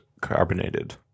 carbonated